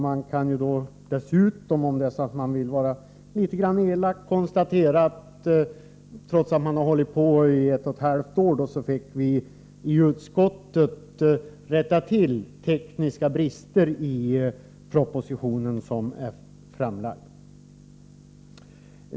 Man kan dessutom, om man nu vill vara litet elak, säga att trots att det tog ett och ett halvt år fick vi i utskottet rätta till tekniska brister i den proposition som nu är framlagd.